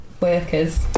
workers